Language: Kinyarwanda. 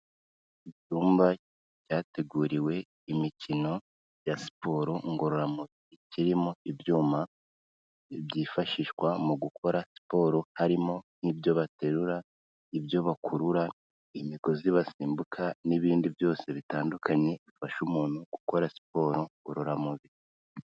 Icyumba cyateguriwe imikino ya siporo ngororamubiri kirimo ibyuma byifashishwa mu gukora siporo harimo n'ibyo baterura, ibyo bakurura, imigozi basimbuka n'ibindi byose bitandukanye bifasha umuntu gukora siporo ngororamubiri.